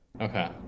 Okay